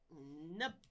Nope